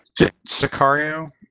Sicario